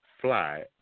fly